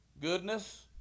goodness